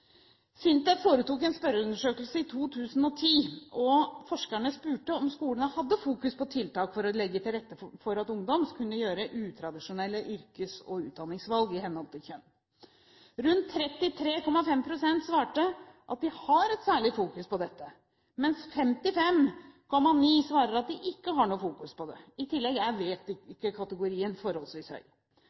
SINTEF foretok en spørreundersøkelse i 2010. Forskerne spurte om skolene hadde fokusering på tiltak for å legge til rette for at ungdommer kan gjøre utradisjonelle yrkes- og utdanningsvalg i henhold til kjønn. Rundt 33,5 pst. svarer at de har en særlig fokusering på dette, mens 55,9 pst. svarer at de ikke har noen fokusering på det. I tillegg er «vet ikke»-kategorien forholdsvis høy.